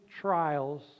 trials